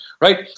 Right